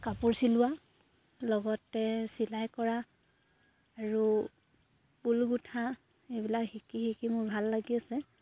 কাপোৰ চিলোৱা লগতে চিলাই কৰা আৰু ঊল গোঁঠা এইবিলাক শিকি শিকি মোৰ ভাল লাগি আছে